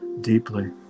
deeply